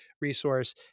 resource